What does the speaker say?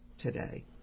today